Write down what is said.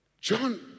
John